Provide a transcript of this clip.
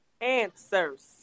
answers